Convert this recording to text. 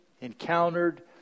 encountered